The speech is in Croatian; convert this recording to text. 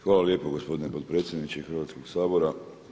Hvala lijepo gospodine potpredsjedniče Hrvatskog sabora.